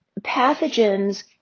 pathogens